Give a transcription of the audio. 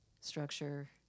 structure